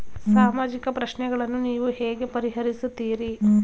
ಸಾಮಾಜಿಕ ಪ್ರಶ್ನೆಗಳನ್ನು ನೀವು ಹೇಗೆ ಪರಿಹರಿಸುತ್ತೀರಿ?